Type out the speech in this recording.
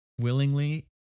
willingly